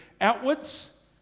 outwards